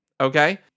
Okay